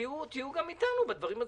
תהיו גם איתנו בדברים הציבוריים,